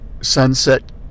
sunset